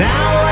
Now